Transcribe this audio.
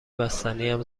بستنیم